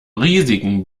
riesigen